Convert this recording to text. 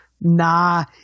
nah